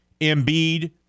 Embiid